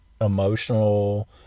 emotional